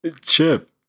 Chip